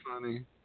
funny